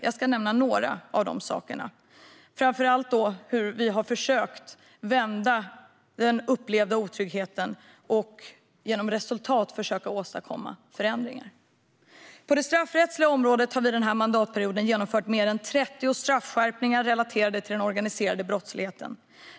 Jag ska nämna några av de sakerna, framför allt hur vi har försökt vända den upplevda otryggheten och genom resultat åstadkomma förändringar. På det straffrättsliga området har vi den här mandatperioden genomfört mer än 30 straffskärpningar relaterade till den organiserade brottsligheten.